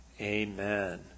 Amen